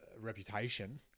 reputation